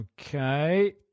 Okay